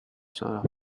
sort